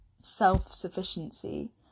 self-sufficiency